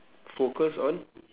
focus on